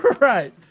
right